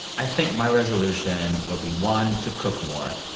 i think my resolution will be, one, to cook more.